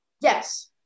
Yes